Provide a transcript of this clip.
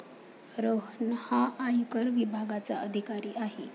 रोहन हा आयकर विभागाचा अधिकारी आहे